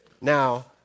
Now